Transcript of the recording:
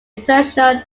international